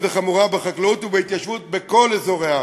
וחמורה בחקלאות ובהתיישבות בכל אזורי הארץ.